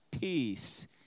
peace